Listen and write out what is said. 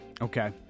Okay